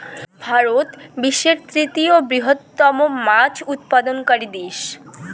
ভারত বিশ্বের তৃতীয় বৃহত্তম মাছ উৎপাদনকারী দেশ